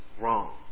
wrong